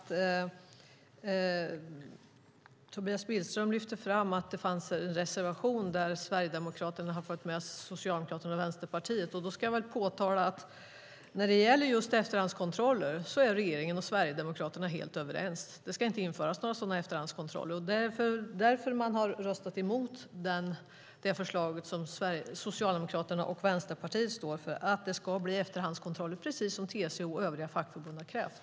Tobias Billström framhöll att det fanns en reservation där Sverigedemokraterna har följt med Socialdemokraterna och Vänsterpartiet. Jag vill påpeka att när det gäller just efterhandskontroller är regeringen och Sverigedemokraterna helt överens om att några sådana inte ska införas. Det är därför man har röstat emot det förslag som Socialdemokraterna och Vänsterpartiet står för, nämligen att det ska bli efterhandskontroller, precis som TCO och övriga fackförbund har krävt.